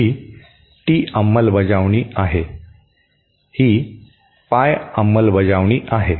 ही T अंमलबजावणी आहे ही पाय अंमलबजावणी आहे